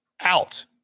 out